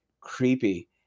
creepy